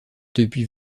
depuis